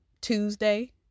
tuesday